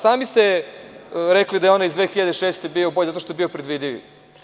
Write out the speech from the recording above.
Sami ste rekli da je onaj iz 2006. bio bolji, zato što je bio predvidiv.